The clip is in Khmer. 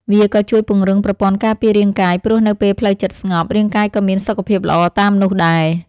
វាក៏ជួយពង្រឹងប្រព័ន្ធការពាររាងកាយ ព្រោះនៅពេលផ្លូវចិត្តស្ងប់ រាងកាយក៏មានសុខភាពល្អតាមនោះដែរ។